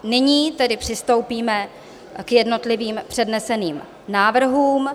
Nyní tedy přistoupíme k jednotlivým předneseným návrhům.